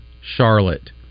Charlotte